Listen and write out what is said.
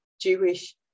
Jewish